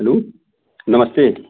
hello नमस्ते